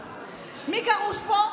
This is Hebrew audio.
מי גרוש פה?